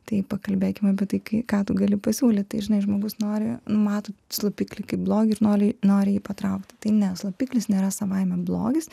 tai pakalbėkim apie taikai ką tu gali pasiūlyt tai žinai žmogus nori nu mato slopiklį kaip blogį ir nori nori jį patraukti tai ne slopiklis nėra savaime blogis